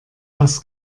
was